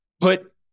put